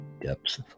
depths